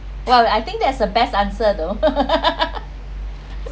well I think that's the best answer though